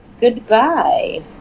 Goodbye